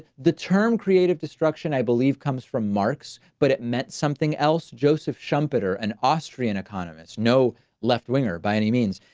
the term creative destruction i believe comes from marks, but it meant something else. joseph schumpeter, an austrian economists know left winger by any means.